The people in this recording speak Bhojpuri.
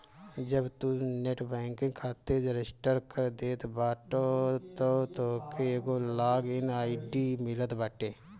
जब तू नेट बैंकिंग खातिर रजिस्टर कर देत बाटअ तअ तोहके एगो लॉग इन आई.डी मिलत बाटे